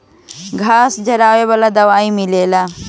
घास जरावे वाला दवाई मिलेला